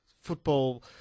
football